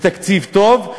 ותקציב טוב,